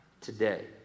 today